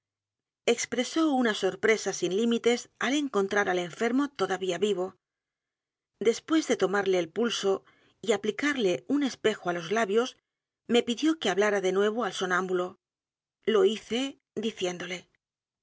l expresóuna sorpresa sin límites al encontrar al enfermo t o d a vía vivo después de tomarle el pulso y aplicarle u n espejo á los labios me pidió que h a b l a r a de nuevo ál sonámbúle lo hice diciéndole